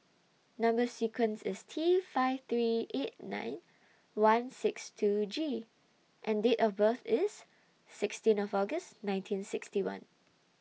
Number sequence IS T five three eight nine one six two G and Date of birth IS sixteen of August nineteen sixty one